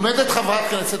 עומדת חברת כנסת,